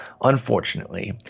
unfortunately